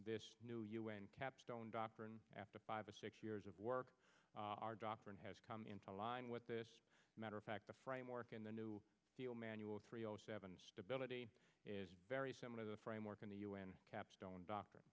this new un capstone doctrine after five six years of work our doctrine has come into line with this matter of fact the framework in the new deal manual three o seven stability is very similar the framework in the un capstone doctor